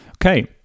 Okay